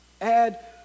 Add